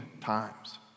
times